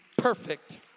perfect